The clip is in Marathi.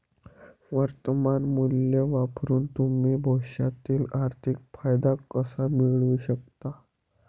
वर्तमान मूल्य वापरून तुम्ही भविष्यातील आर्थिक फायदा कसा मिळवू शकता?